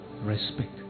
Respect